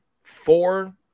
Four